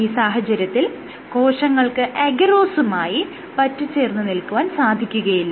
ഈ സാഹചര്യത്തിൽ കോശങ്ങൾക്ക് അഗാരോസുമായി പറ്റിച്ചേർന്ന് നിൽക്കുവാൻ സാധിക്കുകയില്ല